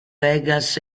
vegas